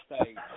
states